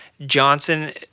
Johnson